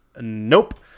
Nope